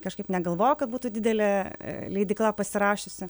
kažkaip negalvojau kad būtų didelė leidykla pasirašiusi